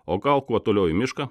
o gal kuo toliau į mišką